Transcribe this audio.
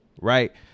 right